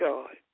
God